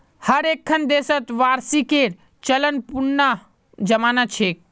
हर एक्खन देशत वार्षिकीर चलन पुनना जमाना छेक